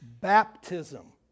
baptism